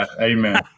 Amen